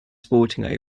sporting